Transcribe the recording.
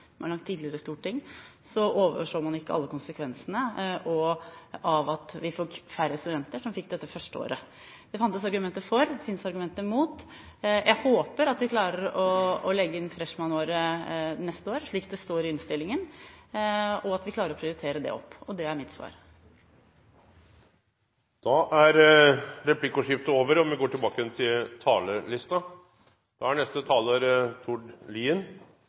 langt tidligere storting – overskuet man ikke alle konsekvensene av at vi fikk færre studenter som fikk dette førsteåret. Det fantes argumenter for, og det finnes argumenter mot. Jeg håper at vi klarer å legge inn freshman-året neste år, slik det står i innstillingen, og at vi klarer å prioritere det opp. Det er mitt svar. Replikkordskiftet er over. Kunnskap er viktigere enn noensinne. De siste dagene har vi